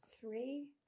three